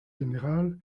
générale